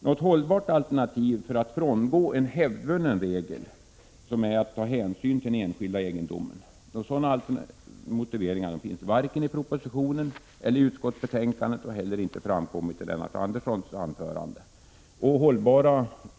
Någon hållbar motivering för att frångå en hävdvunnen regel, som är att hänsyn skall tas till enskild egendom, finns inte i vare sig propositionen eller utskottsbetänkandet, och det har inte heller framkommit i Lennart Anderssons anförande.